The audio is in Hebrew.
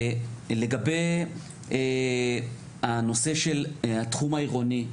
לגבי הנושא של התחום העירוני.